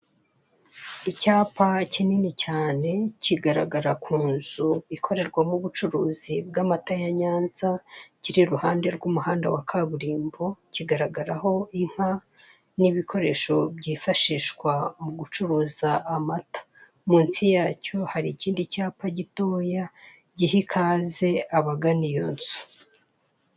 Icyapa kinini cyane kigaragara ku nzu ikorerwamo ubucuruzi bw'amata ya Nyanza, kiri iruhande rw'umuhanda wa kaburimbo. Kigaragaraho inka n'ibikoresho byifashishwa mu gucuruza amata. Munsi yacyo hari ikindi cyapa gitoya, giha ikaze abagana iyo nzu.